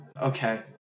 okay